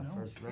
first